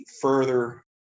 further